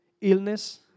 illness